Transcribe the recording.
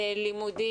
לימודי,